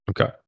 Okay